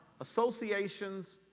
associations